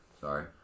Sorry